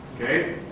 Okay